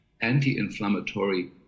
anti-inflammatory